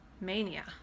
mania